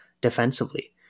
defensively